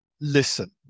listen